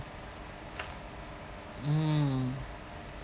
mm